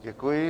Děkuji.